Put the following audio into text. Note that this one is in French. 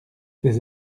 des